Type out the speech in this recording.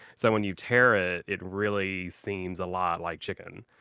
so when you tear ah it, it really seems a lot like chicken.